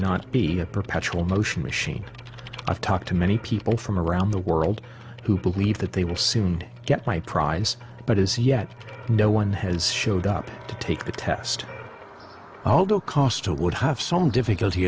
not be a perpetual motion machine i've talked to many people from around the world who believe that they will soon get my prize but as yet no one has showed up to take the test although costa would have some difficulty